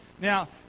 Now